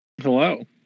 hello